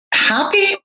happy